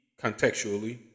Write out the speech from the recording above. contextually